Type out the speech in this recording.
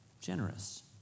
generous